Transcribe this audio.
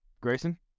grayson